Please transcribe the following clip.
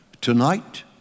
tonight